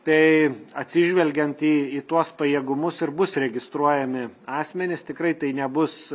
tai atsižvelgiant į į tuos pajėgumus ir bus registruojami asmenys tikrai tai nebus